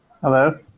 Hello